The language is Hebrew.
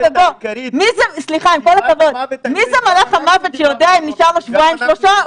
מי זה מלאך המוות שיודע אם נשאר לו שבועיים שלושה,